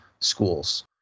schools